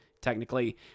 technically